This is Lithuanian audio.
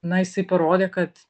na jisai parodė kad